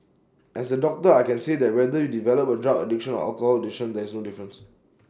as A doctor I can say that whether you develop A drug addiction or alcohol addiction there is no difference